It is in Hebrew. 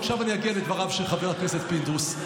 ועכשיו אני אגיע לדבריו של חבר הכנסת פינדרוס,